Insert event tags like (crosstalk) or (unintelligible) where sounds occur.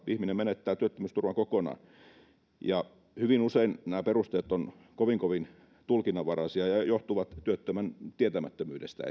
ihminen menettää työttömyysturvan kokonaan hyvin usein nämä perusteet ovat kovin kovin tulkinnanvaraisia ja johtuvat esimerkiksi työttömän tietämättömyydestä (unintelligible)